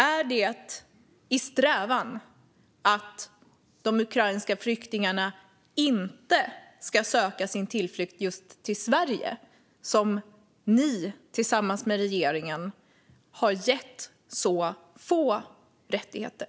Är det på grund av strävan efter att de ukrainska flyktningarna inte ska söka sin tillflykt till Sverige som ni tillsammans med regeringen har gett dem så få rättigheter?